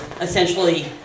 essentially